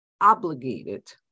obligated